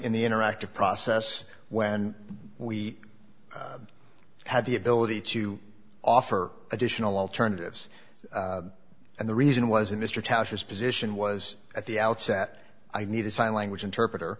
in the interactive process when we had the ability to offer additional alternatives and the reason was in mr tasha's position was at the outset i need a sign language interpreter